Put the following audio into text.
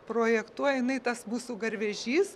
projektuoja jinai tas mūsų garvežys